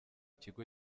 kigo